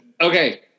Okay